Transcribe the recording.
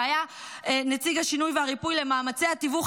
שהיה נציג השינוי והריפוי למאמצי התיווך